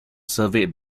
surveyed